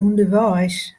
ûnderweis